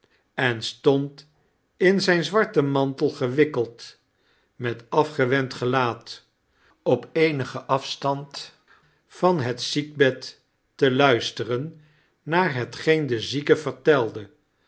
en stond in zijn zwarten mantel gewikkeld met afgewend gelaat op eenigen afstand van bet ziekbed te luisteren naar hetgeen de zieke vertelide